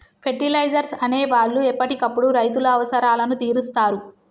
fertilisers అనే వాళ్ళు ఎప్పటికప్పుడు రైతుల అవసరాలను తీరుస్తారు